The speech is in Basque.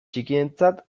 txikientzat